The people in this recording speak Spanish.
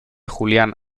julián